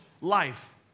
life